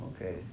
Okay